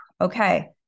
okay